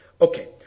Okay